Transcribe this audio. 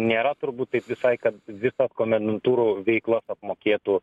nėra turbūt taip visai kad visas komendantūrų veiklas apmokėtų